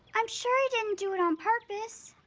i'm sure he didn't do it on purpose.